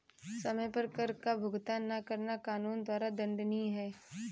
समय पर कर का भुगतान न करना कानून द्वारा दंडनीय है